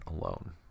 alone